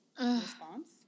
response